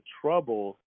trouble